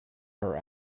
her